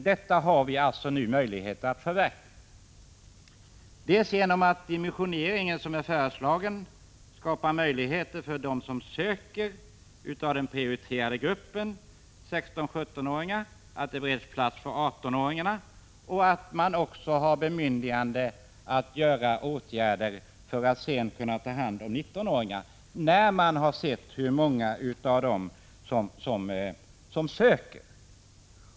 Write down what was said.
Detta har vi nu alltså möjlighet att förverkliga, dels genom att det med den dimensionering som nu föreslås skapas plats för den prioriterade gruppen 16-17-åringar, dels genom att det bereds plats för 18-åringarna, dels också genom att regeringen får bemyndigande att vidta åtgärder för att kunna ta hand om 19-åringarna när man har sett hur många av dessa som söker.